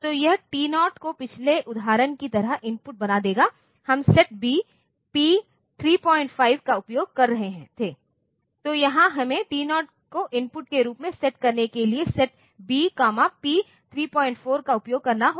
तो यह इस T0 को पिछले उदाहरण की तरह इनपुट बना देगा हम सेट B P 35 का उपयोग कर रहे थे